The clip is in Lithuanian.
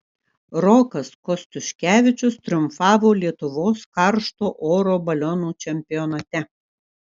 rokas kostiuškevičius triumfavo lietuvos karšto oro balionų čempionate